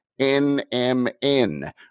NMN